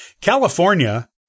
California